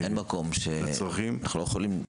אין מקום שאנחנו לא יכולים להזניק?